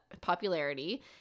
popularity